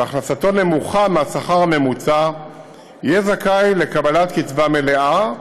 והכנסתו נמוכה מהשכר הממוצע יהיה זכאי לקבלת קצבה מלאה,